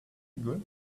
good